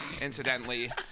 Incidentally